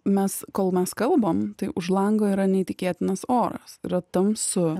mes kol mes kalbam tai už lango yra neįtikėtinas oras yra tamsu